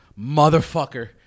motherfucker